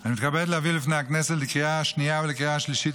אני מתכבד להביא בפני הכנסת לקריאה שנייה ולקריאה שלישית